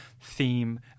theme